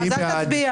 אז אל תצביע.